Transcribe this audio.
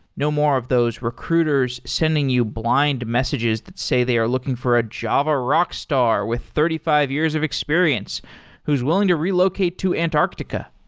no more of those recruiters sending you blind messages that say they are looking for a java rockstar with thirty five years of experience who's willing to relocate to antarctica.